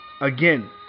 again